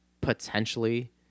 potentially